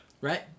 Right